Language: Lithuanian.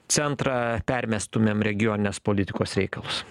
centrą permestumėm regioninės politikos reikalus